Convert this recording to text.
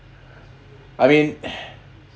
I mean